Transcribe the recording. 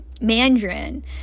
Mandarin